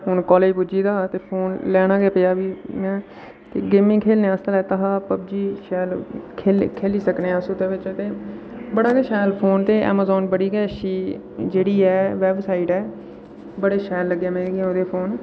हू'न कॉलेज पुज्जी दा हा ते फोन लैना गै पेआ भी में गेमिंग खेढने आस्तै लैता हा पबजी शैल खेढी सकने अस बड़ा गै शैल फोन ते अमेजॉन बड़ी गै अच्छी जेह्ड़ी ऐ बेबसाईट ऐ बड़े शैल लग्गेआ मिगी ओह्दे फोन